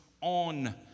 on